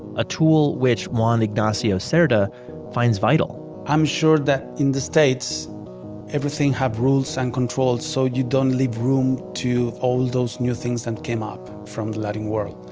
a tool which juan ignacio so cerda finds vital i'm sure that in the states everything has rules and controls, so you don't leave room to all those new things that came up from the latin world.